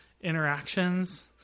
interactions